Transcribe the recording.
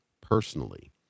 personally